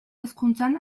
hezkuntzan